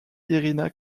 irina